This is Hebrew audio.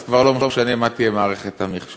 אז כבר לא משנה מה תהיה מערכת המחשוב.